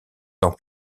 dans